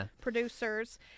producers